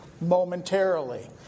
momentarily